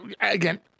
again